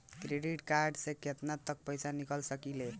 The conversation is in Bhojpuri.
क्रेडिट कार्ड से केतना तक पइसा निकाल सकिले?